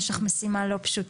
יש לך משימה לא פשוטה.